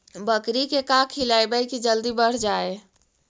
बकरी के का खिलैबै कि जल्दी बढ़ जाए?